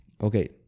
Okay